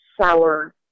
sour